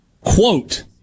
Quote